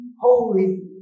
holy